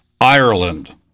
Ireland